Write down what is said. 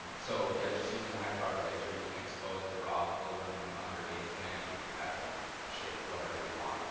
so yeah, just using a high-powered laser you can expose the raw aluminum underneath in any pattern shape whatever you want.